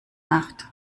nacht